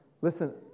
Listen